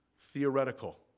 theoretical